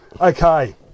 Okay